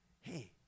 Hey